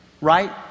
right